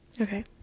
Okay